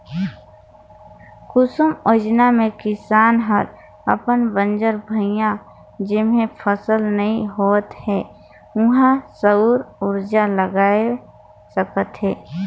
कुसुम योजना मे किसान हर अपन बंजर भुइयां जेम्हे फसल नइ होवत हे उहां सउर उरजा लगवाये सकत हे